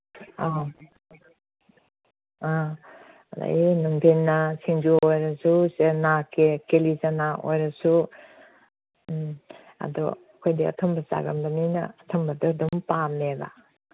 ꯑ ꯑ ꯑꯗꯩ ꯅꯨꯡꯗꯤꯟꯅ ꯁꯤꯡꯖꯨ ꯑꯣꯏꯔꯁꯨ ꯆꯅꯥ ꯀꯦꯂꯤꯆꯅꯥ ꯑꯣꯏꯔꯁꯨ ꯎꯝ ꯑꯗꯣ ꯑꯩꯈꯣꯏꯗꯤ ꯑꯊꯨꯝꯕ ꯆꯥꯒꯟꯕꯅꯤꯅ ꯑꯊꯨꯝꯕꯗꯣ ꯑꯗꯨꯝ ꯄꯥꯝꯃꯦꯕ